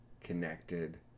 connected